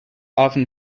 often